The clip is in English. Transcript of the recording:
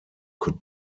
could